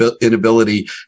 inability